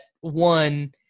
one